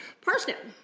Parsnip